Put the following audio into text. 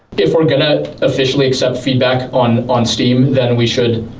if we're going to officially accept feedback on on steam, then we should